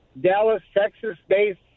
Dallas-Texas-based